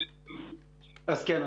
אז כן.